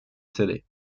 city